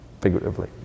figuratively